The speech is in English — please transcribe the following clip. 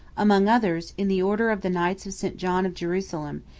among others in the order of the knights of st john of jerusalem,